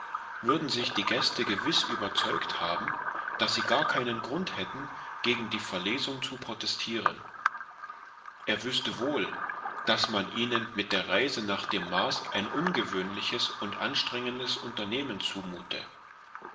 würden sich die gäste gewiß überzeugt haben daß sie gar keinen grund hätten gegen die verlesung zu protestieren er wüßte wohl daß man ihnen mit der reise nach dem mars ein ungewöhnliches und anstrengendes unternehmen